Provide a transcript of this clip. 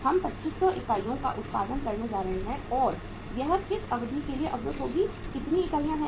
हम 2500 इकाइयों का उत्पादन करने जा रहे हैं और यह किस अवधि के लिए अवरुद्ध होगी कितनी इकाइयाँ हैं